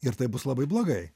ir tai bus labai blogai